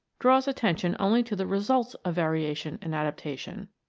draws attention only to the results of variation and adaptation.